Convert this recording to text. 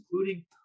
including